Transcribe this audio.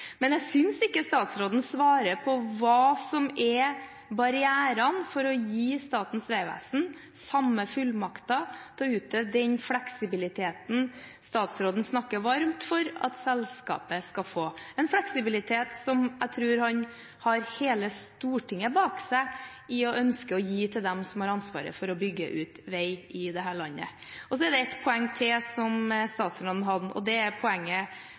Men jeg synes ikke statsråden svarer på hva som er barrierene for å gi Statens vegvesen de samme fullmakter til å utøve den fleksibiliteten statsråden snakker varmt for at selskapet skal få, en fleksibilitet som – jeg tror han har hele Stortinget bak seg – man ønsker å gi til dem som har ansvaret for å bygge ut vei i dette landet. Det er også et poeng til som statsråden hadde, og det er poenget